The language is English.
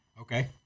Okay